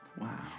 Wow